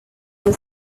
day